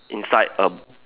inside a